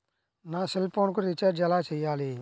నా సెల్ఫోన్కు రీచార్జ్ ఎలా చేయాలి?